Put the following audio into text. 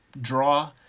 draw